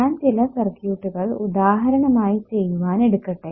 ഞാൻ ചില സർക്യൂട്ടുകൾ ഉദാഹരണമായി ചെയ്യുവാൻ എടുക്കട്ടെ